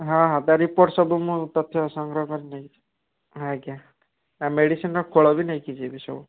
ହଁ ହଁ ତା ରିପୋର୍ଟ ସବୁ ମୁଁ ତଥ୍ୟ ସଂଗ୍ରହ କରି ନେଇକି ଯିବି ଆଜ୍ଞା ମେଡ଼ିସିନ୍ର ଖୋଳବି ନେଇକି ଯିବି ସବୁ